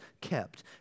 kept